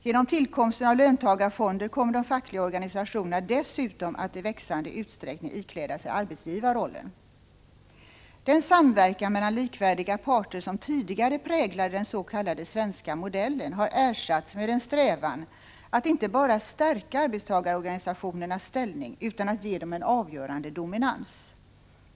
Genom tillkomsten av löntagarfonder kommer de fackliga organisationerna dessutom att i växande utsträckning ikläda sig arbetsgivarrollen. Den samverkan mellan likvärdiga parter som tidigare präglade den s.k. svenska modellen har ersatts med en strävan att inte bara stärka arbetstagarorganisationernas ställning utan att ge dem en avgörande dominans.